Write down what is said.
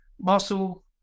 muscle